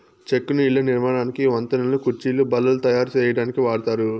చెక్కను ఇళ్ళ నిర్మాణానికి, వంతెనలు, కుర్చీలు, బల్లలు తాయారు సేయటానికి వాడతారు